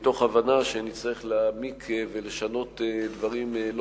מתוך הבנה שנצטרך להעמיק ולשנות דברים לא